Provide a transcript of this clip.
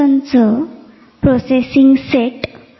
उच्च पातळीवर समस्या अशी आहे कि काल श्रेणी हि मिलीसेकंदामध्ये आहे